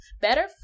Better